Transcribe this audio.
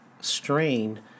strain